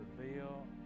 reveal